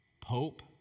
pope